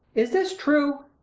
is this true?